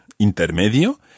intermedio